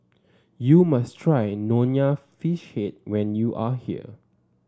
you must try Nonya Fish Head when you are here